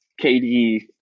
KD